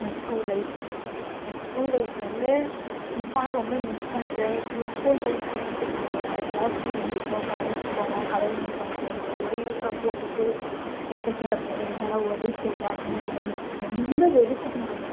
என் school life என் school life வந்து இப்போ ஆனால் ரொம்ப மிஸ் பண்ணுறேன் மிஸ் ஸ்கூல் படிக்கும்மோது நினைச்சிட்ருந்தேன் யா எப்படா ஸ்கூல் முடிப்போம் காலேஜ் போவோம் கலர் யூனிஃபார்ம் போடுவோம் ஒரே யூனிஃபார்ம் போட்டுக்கிட்டே இருக்கோம் ரெட்டச்சடை போடுகிறோம் என்னடா ஒரே ஸ்டைலாக இருக்குதுன்னு ரொம்ப மிஸ் ரொம்ப வெறுத்து போனது